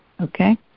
Okay